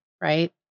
right